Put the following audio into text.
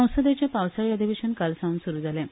संसदेचें पावसाळी अधिवेशन कालसावन स्रु जालें